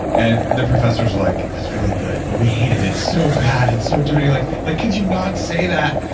and the professors are like, that's really good but we hate it. it's so bad. it's so dirty, like ah could you not say that?